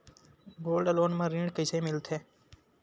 Gold loan म ऋण कइसे मिलथे?